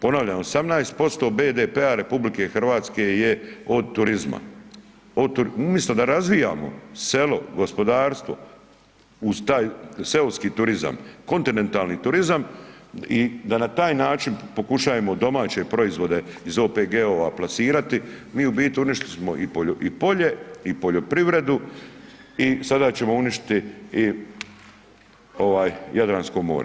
Ponavljam 18% BDP-a RH je od turizma, umjesto da razvijamo selo, gospodarstvo uz taj seoski turizam, kontinentalni turizam i da na taj način pokušajemo domaće proizvode iz OPG-ova plasirati, mi u biti uništili smo i polje i poljoprivredu i sada ćemo uništiti i Jadransko more.